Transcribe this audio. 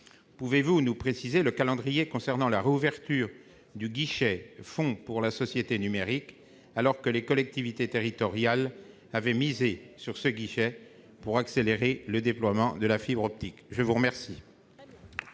Pouvez-vous nous préciser le calendrier concernant la réouverture du guichet du fonds pour la société numérique, alors que les collectivités territoriales avaient misé sur ce dispositif pour accélérer le déploiement de la fibre optique ? La parole